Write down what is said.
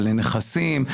ועל נכסים,